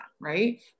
right